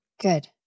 Good